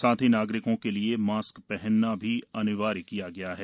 साथ ही नागरिकों के लिये मास्क पहनना भी अनिवार्य किया गया है